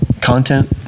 content